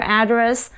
address